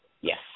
Yes